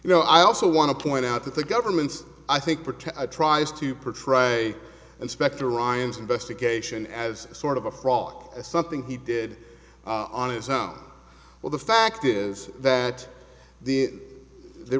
you know i also want to point out that the government i think protect tries to portray inspector ryan's investigation as sort of a frog something he did on its own well the fact is that the